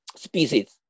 species